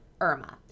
Irma